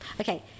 okay